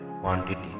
quantity